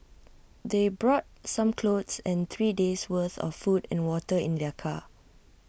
they brought some clothes and three days worth of food and water in their car